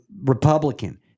Republican